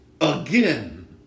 again